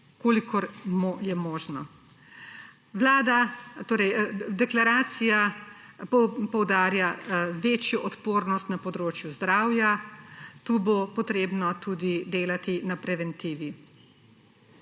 kolikor je možno. Deklaracija poudarja večjo odpornost na področju zdravja. Tu bo treba tudi delati na preventivi.